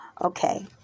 Okay